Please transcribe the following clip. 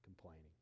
Complaining